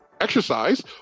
exercise